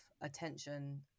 attention